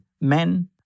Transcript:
men